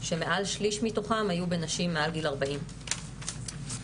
כשמעל 1/3 מתוכם היו בנשים מעל גיל 40. ואם